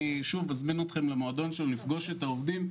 אני מזמין אתכם שוב למועדון שלנו לפגוש את העובדים,